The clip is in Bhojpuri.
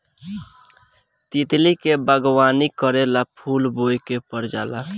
तितली के बागवानी करेला फूल बोए के पर जाला